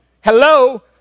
Hello